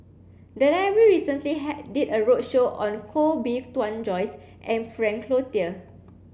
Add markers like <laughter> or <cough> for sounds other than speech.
the library recently <unintelligible> did a roadshow on Koh Bee Tuan Joyce and Frank Cloutier